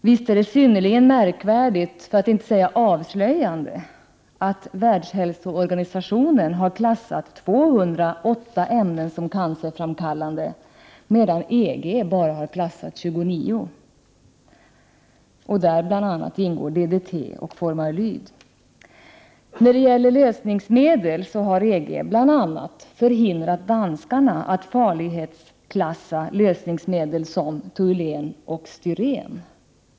Visst är det synnerligen märkligt och avslöjande att WHO har klassat 208 ämnen som cancerframkallande, men EG bara 29, bl.a. inte DDT och formaldehyd. När det gäller lösningsmedel har EG bl.a. förhindrat danskarna att farlighetsklassa lösningsmedel som toulen och styren.